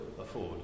afford